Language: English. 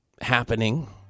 happening